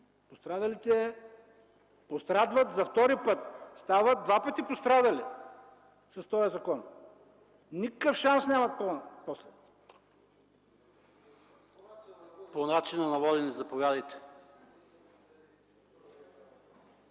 Пострадалите пострадват за втори път, стават два пъти пострадали с този закон. Никакъв шанс нямат после.